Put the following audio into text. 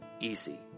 easy